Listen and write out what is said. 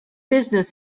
business